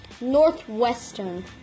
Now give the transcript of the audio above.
Northwestern